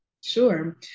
Sure